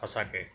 সঁচাকৈ